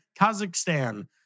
Kazakhstan